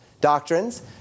doctrines